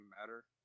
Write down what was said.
matter